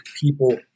people